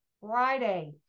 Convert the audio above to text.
Friday